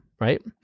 right